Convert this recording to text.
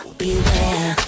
beware